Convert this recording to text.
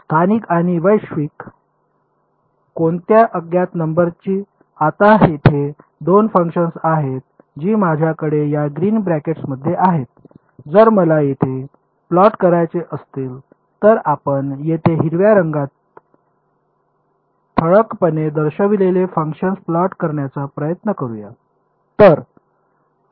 स्थानिक आणि वैश्विक कोणत्या अज्ञात नंबरची आता येथे दोन फंक्शन्स आहेत जी माझ्याकडे या ग्रीन ब्रॅकेट्स मध्ये आहेत जर मला येथे प्लॉट करायचे असतील तर आपण येथे हिरव्या रंगात ठळकपणे दर्शविलेले फंक्शन्स प्लॉट करण्याचा प्रयत्न करूया